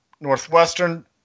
Northwestern